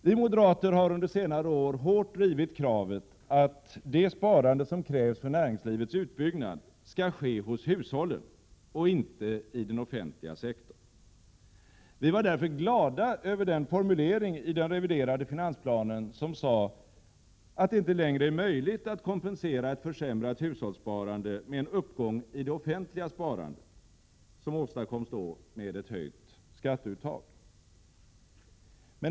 Vi moderater har under senare år hårt drivit kravet på att det sparande som krävs för näringslivets utbyggnad skall ske hos hushållen och inte i den offentliga sektorn. Vi var därför glada över den formulering i den reviderade finansplanen som sade att det inte längre är möjligt att kompensera ett försämrat hushållssparande med en uppgång i det offentliga sparandet, som åstadkoms med ett höjt skatteuttag.